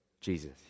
Jesus